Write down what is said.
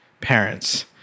parents